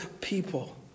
people